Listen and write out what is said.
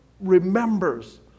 remembers